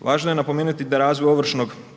Važno je napomenuti da razvoj ovršnoj,